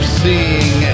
seeing